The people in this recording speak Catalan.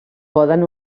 poden